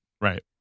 Right